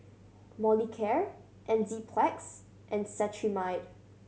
Molicare Enzyplex and Cetrimide